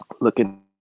Looking